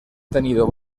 tenido